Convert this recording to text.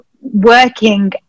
working